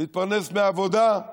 להתפרנס מעבודה,